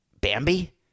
bambi